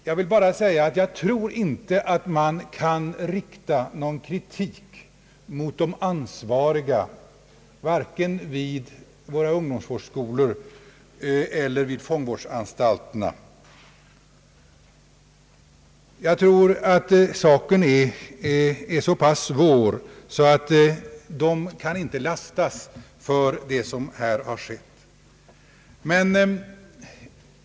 Jag vill påpeka att jag inte tror att man kan rikta någon kritik mot de ansvariga vare sig vid våra ungdomsvårdsskolor eller vid fångvårdsanstalterna. Enligt min uppfattning är dessa problem så svåra att personalen inte kan lastas för det som skett i detta sammanhang.